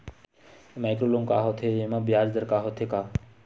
Micro loan का होथे येमा ब्याज दर जादा होथे का?